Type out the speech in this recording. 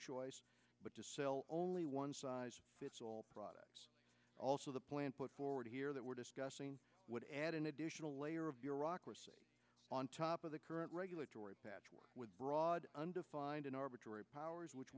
choice but to sell only one size fits all product also the plan put forward here that we're discussing would add an additional layer of bureaucracy on top of the current regulatory patchwork with broad undefined an arbitrary powers which